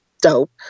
dope